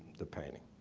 the painting.